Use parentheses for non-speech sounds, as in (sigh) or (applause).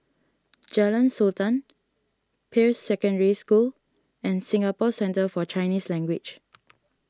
Jalan Sultan Peirce Secondary School and Singapore Centre for Chinese Language (noise)